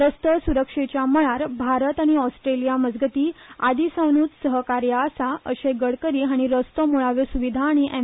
रस्तो सुरक्षेच्या मळार भारत आनी ऑस्ट्रेलिया मजगती आदी सावनुच सहकार्य आसा अशें गडकरी हाणी रस्तो मुळाव्यो सुविधा आनी एम